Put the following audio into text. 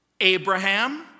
Abraham